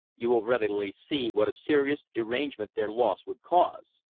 you will readily see what a serious derangement their loss would cause.